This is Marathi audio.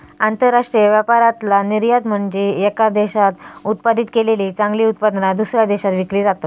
आंतरराष्ट्रीय व्यापारातला निर्यात म्हनजे येका देशात उत्पादित केलेली चांगली उत्पादना, दुसऱ्या देशात विकली जातत